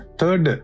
third